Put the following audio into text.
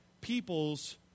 people's